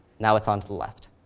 now it's on to the left.